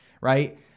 Right